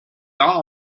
all